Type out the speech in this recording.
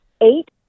eight